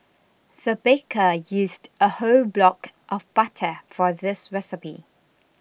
the baker used a whole block of butter for this recipe